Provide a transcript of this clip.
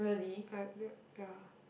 like the ya